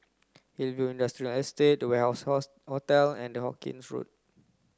Hillview Industrial to Warehouse Hotel and Hawkinge Road